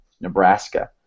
Nebraska